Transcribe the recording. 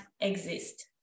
exist